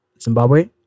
Zimbabwe